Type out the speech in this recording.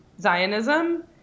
Zionism